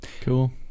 cool